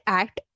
act